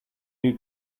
new